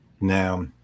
Now